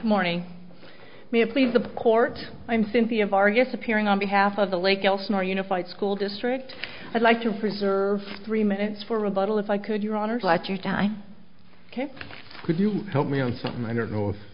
morning mia please the court i'm cynthia vargas appearing on behalf of the lake elsinore unified school district i'd like to preserve three minutes for rebuttal if i could your honor let you die could you help me on something i don't know